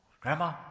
Grandma